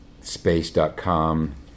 Space.com